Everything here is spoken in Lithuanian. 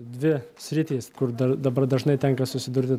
dvi sritys kur dar dabar dažnai tenka susidurti